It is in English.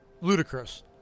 Ludicrous